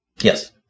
Yes